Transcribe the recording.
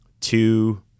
two